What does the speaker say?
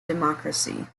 democracy